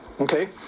Okay